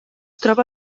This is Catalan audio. troba